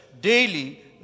daily